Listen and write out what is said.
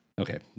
Okay